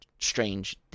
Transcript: Strange